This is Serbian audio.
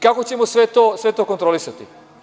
Kako ćemo sve to kontrolisati?